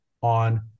on